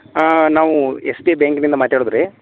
ನಾವು S B I ಬ್ಯಾಕ್ನಿಂದ ಮಾತಾಡುದು ರೀ